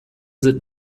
sind